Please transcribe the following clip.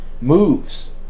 moves